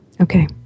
Okay